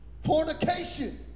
Fornication